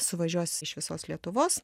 suvažiuos iš visos lietuvos